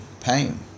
pain